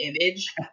image